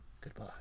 Goodbye